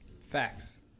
Facts